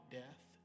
death